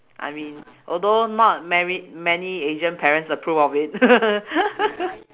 I mean although not married many asian parents approve of it